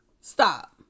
Stop